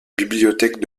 bibliothèque